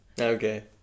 Okay